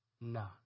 No